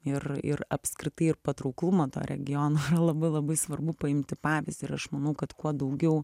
ir ir apskritai ir patrauklumą to regiono labai labai svarbu paimti pavyzdį ir aš manau kad kuo daugiau